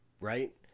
Right